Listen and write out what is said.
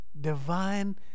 divine